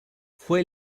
fue